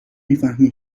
میفهمین